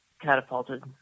catapulted